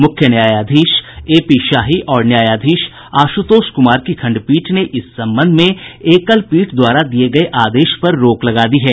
मुख्य न्यायाधीश A P Shahi न्यायाधीश आशुतोष कुमार की खंडपीठ ने इस संबंध में एकल पीठ द्वारा दिये गये आदेश पर रोक लगा दी है